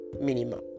Minimum